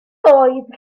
oedd